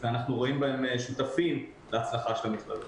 ואנחנו רואים בהם שותפים להצלחה של המכללות.